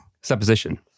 supposition